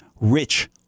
rich